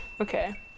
Okay